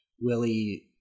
Willie